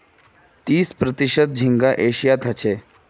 तीस प्रतिशत झींगा एशियात ह छे